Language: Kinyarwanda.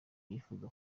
yifuza